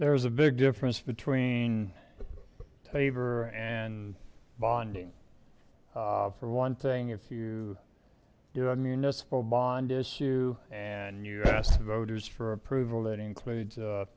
there's a big difference between tabor and bonding for one thing if you do a municipal bond issue and you ask the voters for approval that includes